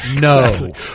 No